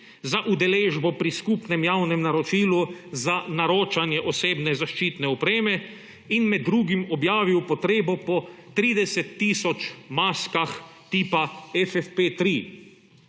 za udeležbo pri skupnem javnem naročilu za naročanje osebne zaščitne opreme in med drugim objavil potrebo po 30 tisoč maskah tipa FFP3.